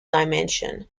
dimension